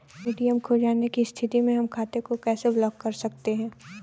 ATM खो जाने की स्थिति में हम खाते को कैसे ब्लॉक कर सकते हैं?